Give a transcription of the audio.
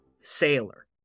sailor